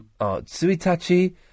Suitachi